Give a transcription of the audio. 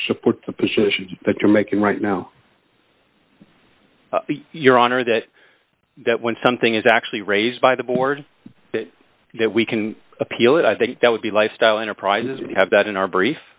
put the position that you're making right now your honor that when something is actually raised by the board that we can appeal it i think that would be life style enterprises we have that in our brief